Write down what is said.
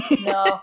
No